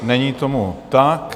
Není tomu tak.